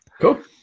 cool